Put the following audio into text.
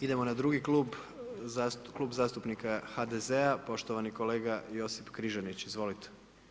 Idemo na drugi klub, klub zastupnika HDZ-a, poštovani kolega Josip Križanić, izvolite.